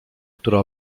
która